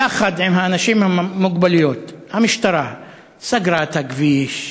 יחד עם האנשים עם המוגבלויות המשטרה סגרה את הכביש,